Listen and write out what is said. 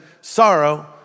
sorrow